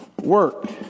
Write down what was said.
work